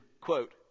quote